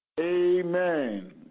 Amen